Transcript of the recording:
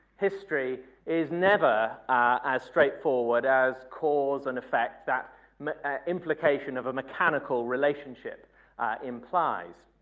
history, is never as straightforward as cause and effect that implication of a mechanical relationship implies.